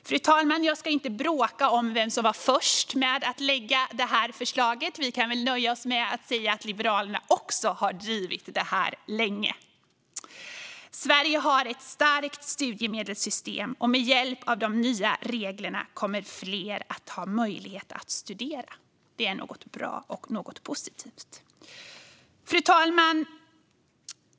Fru talman! Jag ska inte bråka om vem som var först med att lägga fram det här förslaget. Vi kan väl nöja oss med att säga att Liberalerna också har drivit detta länge. Sverige har ett starkt studiemedelssystem, och med hjälp av de nya reglerna kommer fler att ha möjlighet att studera. Det är något bra och något positivt. Fru talman!